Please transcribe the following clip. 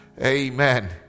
Amen